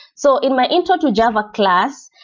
so in my intro to java class,